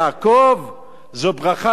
זו ברכה שנשארת לעד.